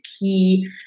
key